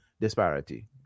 disparity